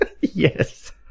Yes